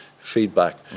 feedback